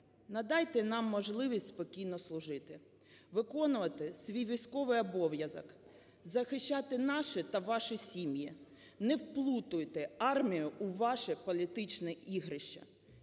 надайте нам можливість спокійно служити, виконувати свій військовий обов'язок, захищати наші та ваші сім'ї. Не вплутуйте армію у ваші політичні ігрища".